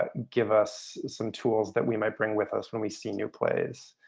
ah give us some tools that we might bring with us when we see new plays.